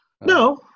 No